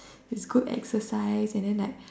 is good exercise and then like